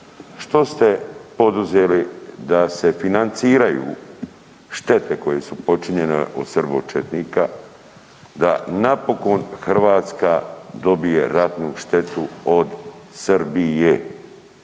Što ste poduzeli da se financiraju štete koje su počinjene od srbo-četnika, da napokon Hrvatska dobije ratnu štetu od Srbije?